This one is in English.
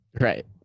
Right